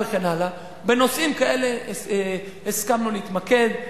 בנושאים כאלה הסכמנו להתמקד,